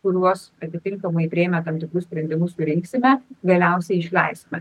kuriuos atitinkamai priėmę tam tikrus sprendimus surinksime galiausiai išleisime